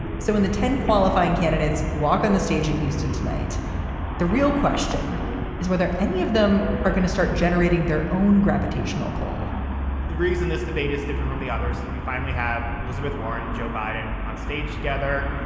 so in the ten qualifying candidates walk on the stage in houston tonight the real question is whether any of them are going to start generating their own gravitational pull the reason this debate is different from the others that we finally have elizabeth warren and joe biden on stage together.